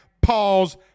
pause